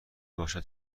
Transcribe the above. باشد